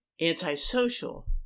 antisocial